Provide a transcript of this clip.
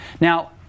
Now